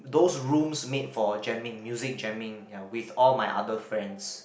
those rooms made for jamming music jamming ya with all my other friends